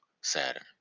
Saturn